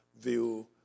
view